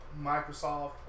Microsoft